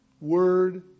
word